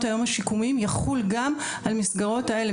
היום השיקומיים יחול גם על המסגרות האלה,